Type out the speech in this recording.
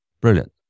Brilliant